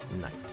night